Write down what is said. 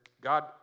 God